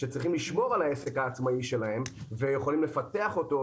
שצריכים לשמור על העסק העצמאי שלהם ויכולים לפתח אותו,